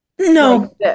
no